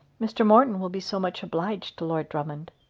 mr. morton will be so much obliged to lord drummond.